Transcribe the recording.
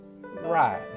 right